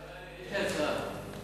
הצעה לסדר.